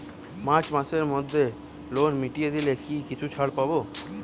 March মাসের মধ্যে loan মিটিয়ে দিলে কি কিছু ছাড় পাব?